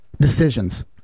decisions